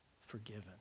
forgiven